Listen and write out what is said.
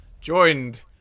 joined